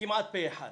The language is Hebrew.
כמעט פה אחד,